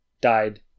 died